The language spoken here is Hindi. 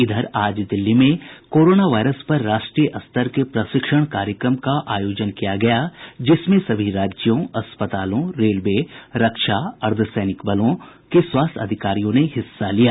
इधर आज दिल्ली में कोरोना वायरस पर राष्ट्रीय स्तर के प्रशिक्षण कार्यक्रम का आयोजन किया गया जिसमें सभी राज्यों अस्पतालों रेलवे रक्षा और अर्द्ध सैनिक बलों के स्वास्थ्य अधिकारियों ने हिस्सा लिया